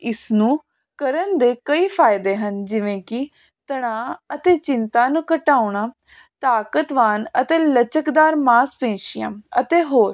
ਇਸ ਨੂੰ ਕਰਨ ਦੇ ਕਈ ਫਾਇਦੇ ਹਨ ਜਿਵੇਂ ਕੀ ਤਣਾਅ ਅਤੇ ਚਿੰਤਾ ਨੂੰ ਘਟਾਉਣਾ ਤਾਕਤਵਰ ਅਤੇ ਲਚਕਦਾਰ ਮਾਸਪੇਸ਼ੀਆਂ ਅਤੇ ਹੋਰ